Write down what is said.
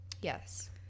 Yes